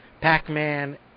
Pac-Man